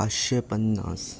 पांचशें पन्नास